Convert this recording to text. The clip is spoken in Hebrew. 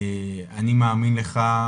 אני מאמין לך,